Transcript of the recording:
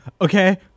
Okay